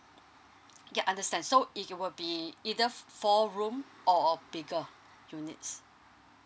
ya understand so it will be either f~ four room or bigger units